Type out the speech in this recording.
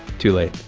too late